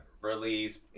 release